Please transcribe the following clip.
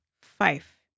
five